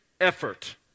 effort